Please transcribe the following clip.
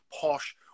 posh